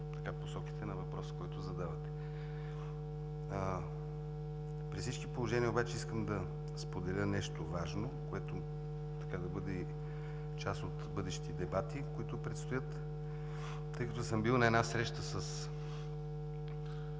и в посоките на въпроса, който задавате. При всички положения обаче искам да споделя нещо важно, което да бъде част от бъдещи дебати, които предстоят, тъй като съм бил на една среща със